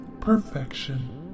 perfection